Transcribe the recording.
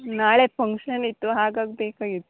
ನಾಳೆ ಫಂಕ್ಷನ್ ಇತ್ತು ಹಾಗಾಗಿ ಬೇಕಾಗಿತ್ತು